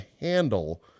handle